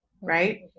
right